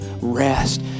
rest